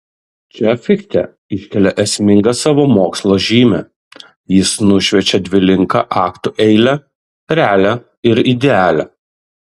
čia fichte iškelia esmingą savo mokslo žymę jis nušviečia dvilinką aktų eilę realią ir idealią